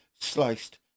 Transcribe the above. sliced